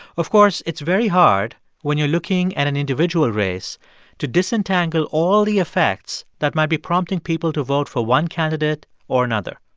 of course, it's very hard when you're looking at an individual race to disentangle all the effects that might be prompting people to vote for one candidate or another.